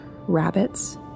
rabbits